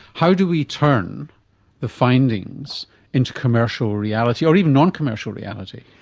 how do we turn the findings into commercial reality, or even non-commercial reality?